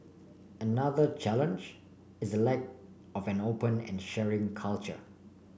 another challenge is the lack of an open and sharing culture